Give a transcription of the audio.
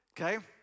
okay